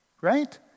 right